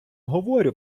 говорю